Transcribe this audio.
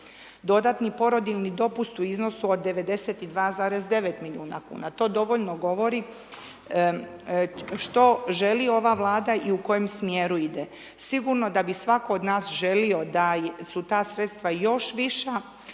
Dodatni porodiljni dopust u iznosu od 92,9 milijuna kuna, to dovoljno govori što želi ova Vlada i u kojem smjeru ide. Sigurno da bi svatko od nas želio da su ta sredstva još viša